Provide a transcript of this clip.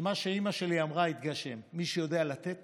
שמה שאימא שלי אמרה יתגשם: מי שיודע לתת